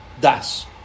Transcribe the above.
Das